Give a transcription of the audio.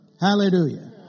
Hallelujah